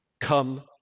Come